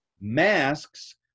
Masks